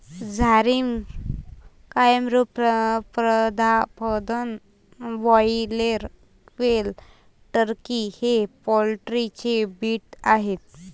Jharsim, Kamrupa, Pratapdhan, broiler, quail, turkey हे poultry चे breed आहेत